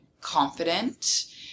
confident